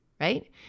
right